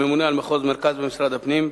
הממונה על מחוז המרכז במשרד הפנים,